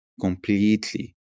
completely